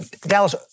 Dallas